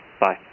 Bye